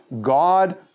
God